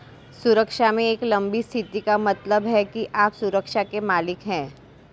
सुरक्षा में एक लंबी स्थिति का मतलब है कि आप सुरक्षा के मालिक हैं